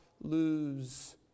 lose